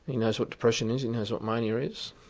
he knows what depression is, he knows what mania is.